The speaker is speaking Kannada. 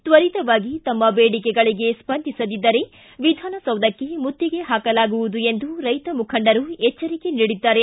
ತ್ವರಿತವಾಗಿ ತಮ್ಮ ಬೇಡಿಕೆಗಳಿಗೆ ಸ್ವಂದಿಸದಿದ್ದರೆ ವಿಧಾನಸೌಧಕ್ಕೆ ಮುತ್ತಿಗೆ ಹಾಕಲಾಗುವುದು ಎಂದು ರೈತ ಮುಖಂಡರು ಎಚ್ಚರಿಕೆ ನೀಡಿದ್ದಾರೆ